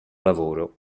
lavoro